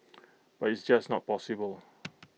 but it's just not possible